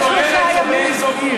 צווחות, כן.